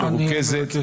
תהיה הנמקה מרוכזת,